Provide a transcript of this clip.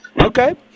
Okay